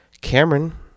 Cameron